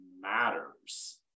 matters